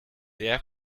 der